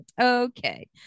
Okay